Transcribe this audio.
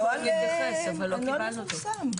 הנוהל מפורסם.